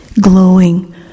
glowing